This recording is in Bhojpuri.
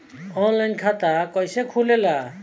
आनलाइन खाता कइसे खुलेला?